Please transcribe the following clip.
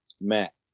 Matt